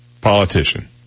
politician